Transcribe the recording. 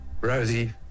Rosie